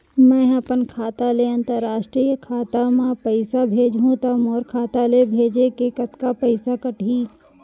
मै ह अपन खाता ले, अंतरराष्ट्रीय खाता मा पइसा भेजहु त मोर खाता ले, भेजे के कतका पइसा कटही?